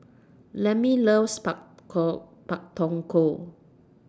Lemmie loves Par call Pak Thong Ko